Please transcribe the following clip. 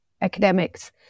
academics